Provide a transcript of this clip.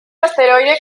asteroide